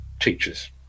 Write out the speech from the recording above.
teachers